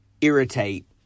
irritate